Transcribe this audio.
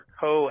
co